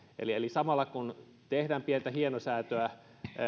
eli eli samalla kun tehdään pientä hienosäätöä